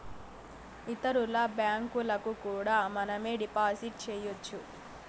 ఇతరుల బ్యాంకులకు కూడా మనమే డిపాజిట్ చేయొచ్చు